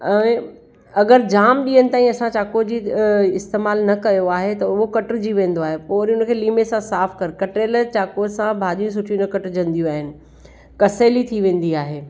ऐं अगरि जाम ॾींहनि ताईं असां चाकूअ जी इस्तेमालु न कयो आहे त उहो कटिजी वेंदो आहे पोइ वरी उन खे लीमे सां साफ़ु कर कटीयलु चाकूअ सां भाॼियूं सुठियूं न कटजंदियूं आहिनि कसेली थी वेंदी आहे